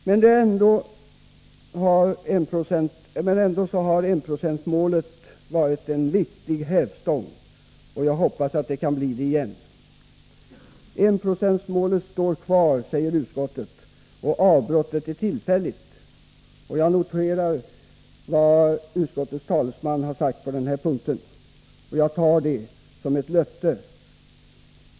Men ändå har enprocentsmålet varit en viktig hävstång, och jag hoppas att det kan bli det igen. Enprocentsmålet står kvar, säger utskottet, och avbrottet är tillfälligt. Jag noterar vad utskottets talesman har sagt på den här punkten och tar det som ett löfte.